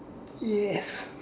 yes